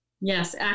Yes